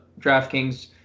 DraftKings